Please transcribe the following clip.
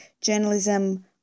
journalism